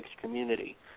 community